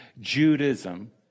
Judaism